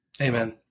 amen